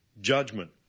judgment